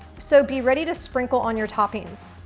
so be ready to sprinkle on your toppings.